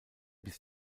bis